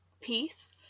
peace